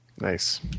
Nice